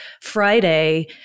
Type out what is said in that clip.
Friday